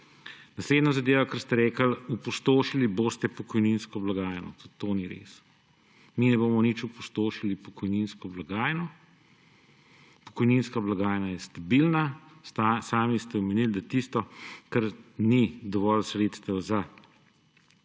Naslednja zadeva, kar ste rekli »opustošili boste pokojninsko blagajno«. Tudi to ni res. Mi ne bomo nič opustošili pokojninske blagajne. Pokojninska blagajna je stabilna, sami ste omenili, da tisto, kar ni dovolj sredstev, ki pritečejo